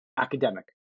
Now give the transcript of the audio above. academic